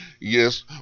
Yes